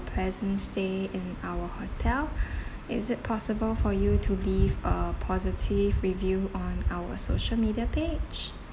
pleasant stay in our hotel is it possible for you to leave a positive review on our social media page